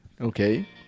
Okay